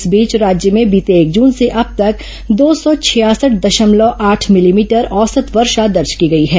इस बीच राज्य में बीते एक जून से अब तक दो सौ छियासठ दशमलव आठ मिलीमीटर औसत वर्षा दर्ज की गई है